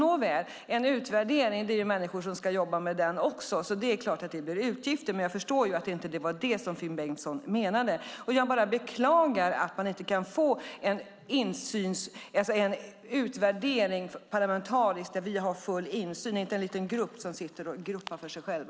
Nåväl, en utvärdering ska människor jobba med, så är det klart att det blir utgifter, men jag förstår att det inte var det som Finn Bengtsson menade. Jag bara beklagar att vi inte kan få en parlamentarisk utvärdering där vi har full insyn i stället för en liten grupp som sitter och gruppar för sig själv.